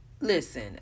listen